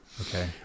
Okay